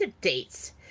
dates